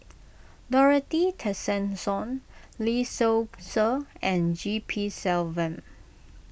Dorothy Tessensohn Lee Seow Ser and G P Selvam